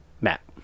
Matt